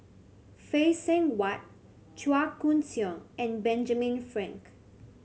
Phay Seng Whatt Chua Koon Siong and Benjamin Frank